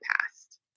past